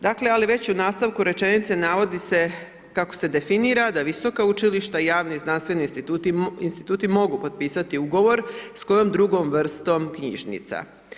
Dakle ali već u nastavku rečenice navodi se kako se definira da visoka učilišta i javni znanstveni instituti mogu potpisati ugovor sa kojom drugom vrstom knjižnica.